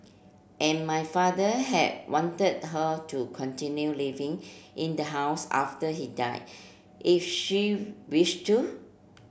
and my father had wanted her to continue living in the house after he died if she wished to